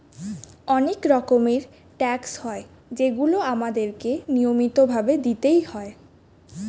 অনেক রকমের ট্যাক্স হয় যেগুলো আমাদের কে নিয়মিত ভাবে দিতেই হয়